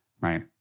Right